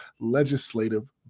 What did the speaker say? legislative